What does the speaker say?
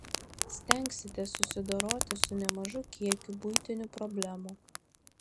stengsitės susidoroti su nemažu kiekiu buitinių problemų